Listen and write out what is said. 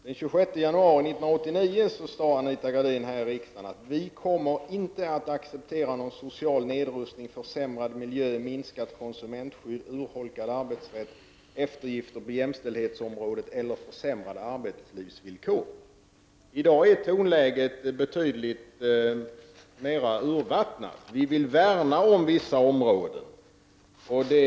Den 26 januari 1989 sade Anita Gradin att vi inte kommer att acceptera någon social nedrustning, försämrad miljö, minskat konsumentskydd, urholkad arbetsrätt, eftergifter på jämställdhetsområdet eller försämrade arbetslivsvillkor. I dag är tonläget betydligt mer urvattnat. Vi vill värna om vissa områden, heter det.